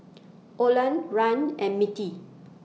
Orland Rand and Mettie